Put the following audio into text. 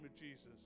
Jesus